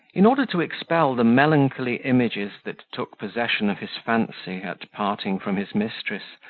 in order to expel the melancholy images that took possession of his fancy, at parting from his mistress,